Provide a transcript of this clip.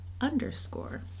underscore